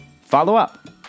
follow-up